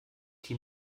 die